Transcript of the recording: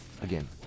again